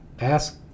ask